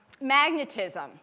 magnetism